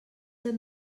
hem